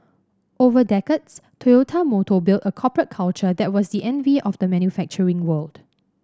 over decades Toyota Motor built a corporate culture that was the envy of the manufacturing world